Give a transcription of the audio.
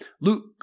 Luke